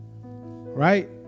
Right